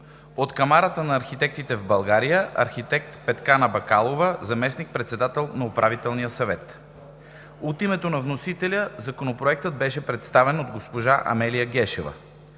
от Камарата на архитектите в България: архитект Петкана Бакалова – заместник-председател на Управителния съвет. От името на вносителя Законопроектът беше представен от госпожа Амелия Гешева.